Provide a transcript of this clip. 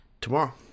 Tomorrow